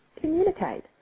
communicate